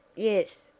yes,